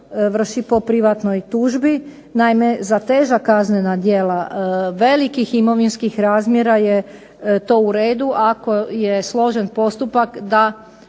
Naime, za teža kaznena djela velikih imovinskih razmjera je to u redu ako je složen postupak da